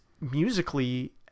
musically